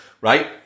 Right